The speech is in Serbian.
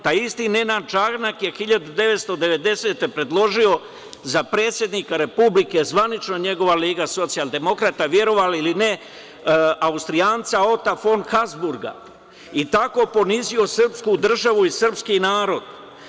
Taj isti Nenad Čanak je 1990. godine predložio za predsednika Republike, zvanično njegova LSV, verovali ili ne, Austrijanca Ota fon Habzburga i tako ponizio srpsku državu i srpski narod.